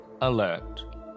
alert